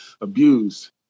abused